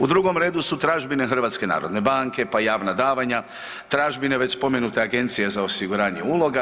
U drugom redu su tražbine HNB-a, pa javna davanja, tražbine već spomenute Agencije za osiguranje uloga.